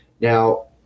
Now